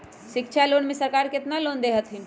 शिक्षा लोन में सरकार केतना लोन दे हथिन?